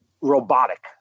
robotic